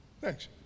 Thanks